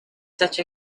such